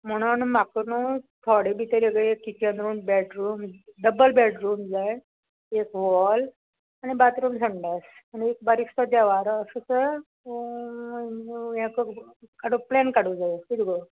म्हुणोन म्हाका न्हू थोडे भितर एक kitchen room bedroom double bedroom जाय एक हॉल आनी बाथरूम संडास आनी एक बारीकसो देवारो असो हे करूं जाय प्लॅन काडूं जाय किदें गो